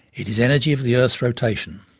it is energy of the earth's rotation.